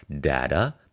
data